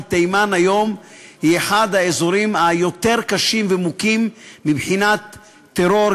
כי תימן היום היא אחד האזורים היותר-קשים ומוכים מבחינת טרור.